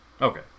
Okay